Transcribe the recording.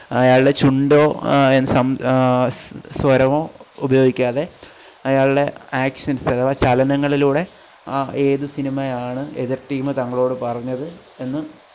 അയാള്ടെ ചുണ്ടോ സ്വരമോ ഉപയോഗിക്കാതെ അയാള്ടെ ആക്ഷന്സ് അഥവാ ചലനങ്ങളിലൂടെ ആ ഏത് സിനിമയാണ് എതിര് ടീമ് തങ്ങളോട് പറഞ്ഞത് എന്ന്